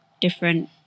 different